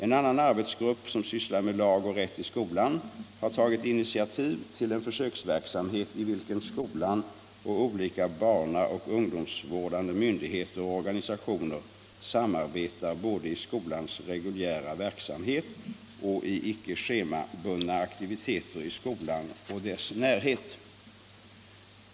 En annan arbetsgrupp, som sysslar med lag och rätt i skolan, har tagit initiativ till en försöksverksamhet i vilken skolan och olika barnaoch ungdomsvårdande myndigheter och organisationer samarbetar både i skolans reguljära verksamhet och i ickeschemabundna aktiviteter i skolan och dess närhet.